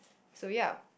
so ya